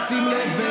שים לב,